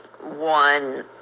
one